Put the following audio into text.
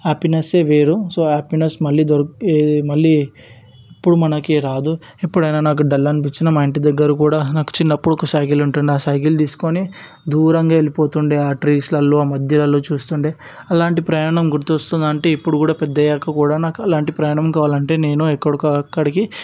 హ్యాపీనెస్సే వేరు so happiness మళ్ళీ దొరికి మళ్ళీ ఎప్పుడు మనకి రాదు ఎప్పుడైనా నాకు డల్ అనిపించినా మా ఇంటి దగ్గర కూడా నాకు చిన్నప్పుడు సైకిల్ ఉంటుండేది ఆ సైకిల్ తీసుకొని దూరంగా వెళ్ళిపోతుండేది ఆ ట్రీస్లలో ఆ మధ్యలో చూస్తుంటే అలాంటి ప్రయాణం గుర్తొస్తుంది అంటే ఇప్పుడు కూడా పెద్దగా అయ్యాక కూడా నాకు అలాంటి ప్రయాణం కావాలంటే నేను ఎక్కడికో అక్కడికి